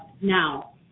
now